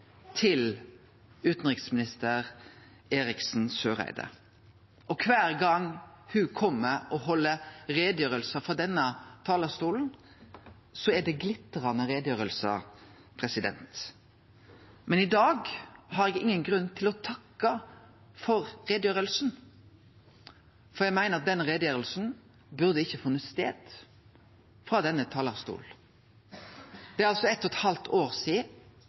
til utanriksminister Eriksen Søreide, og kvar gong ho kjem for å halde utgreiingar frå denne talarstolen, er det glitrande utgreiingar. Men i dag har eg ingen grunn til å takke for utgreiinga, for eg meiner at denne utgreiinga ikkje burde ha funne stad frå denne talarstolen. Det er altså 1,5 år sidan